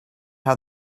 how